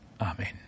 Amen